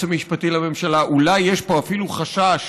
המשפטי לממשלה: אולי יש פה אפילו חשש